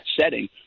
setting